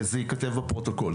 וזה ייכתב בפרוטוקול,